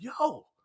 yo